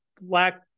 black